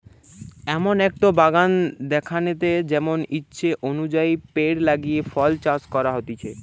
এমন একটো বাগান যেখানেতে যেমন ইচ্ছে অনুযায়ী পেড় লাগিয়ে ফল চাষ করা হতিছে